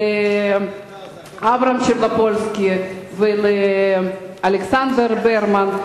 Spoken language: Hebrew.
לאברהם שרנופולסקי ולאלכסנדר ברמן,